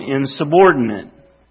insubordinate